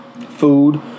Food